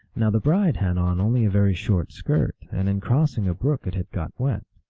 now the bride had on only a very short skirt, and in crossing a brook it had got wet.